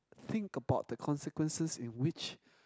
think about the consequences in which